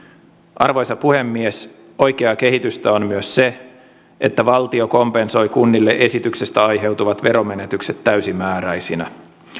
arvoisa puhemies oikeaa kehitystä on myös se että valtio kompensoi kunnille esityksestä aiheutuvat veromenetykset täysimääräisinä